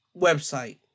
website